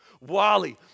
Wally